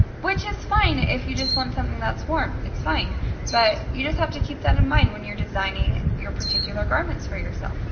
which is fine if you just want something that's warm. it's fine but you just have to keep that in mind when you're designing your particular garments for yourself.